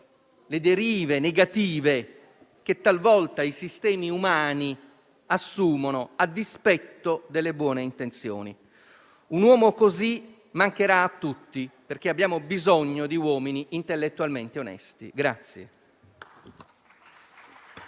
le derive negative che talvolta i sistemi umani assumono, a dispetto delle buone intenzioni. Un uomo così mancherà a tutti perché abbiamo bisogno di uomini intellettualmente onesti.